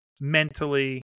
mentally